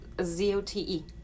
Z-O-T-E